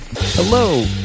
Hello